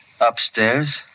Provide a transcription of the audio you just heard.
Upstairs